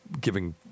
giving